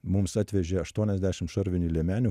mums atvežė aštuoniasdešim šarvinių liemenių